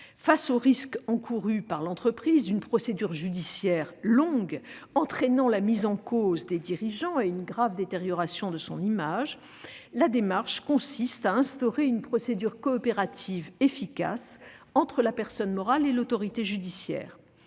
Face aux risques encourus par l'entreprise d'une procédure judiciaire longue entraînant la mise en cause des dirigeants et une grave détérioration de son image, la démarche consiste à instaurer une procédure coopérative efficace entre la personne morale et l'autorité judiciaire.